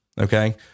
okay